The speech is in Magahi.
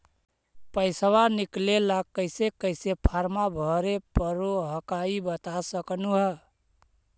पैसा निकले ला कैसे कैसे फॉर्मा भरे परो हकाई बता सकनुह?